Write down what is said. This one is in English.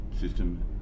system